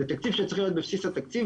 זה תקציב שצריך להיות בבסיס התקציב,